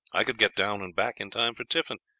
i could get down and back in time for tiffin,